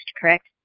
correct